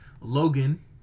Logan